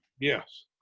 Yes